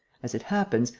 as it happens,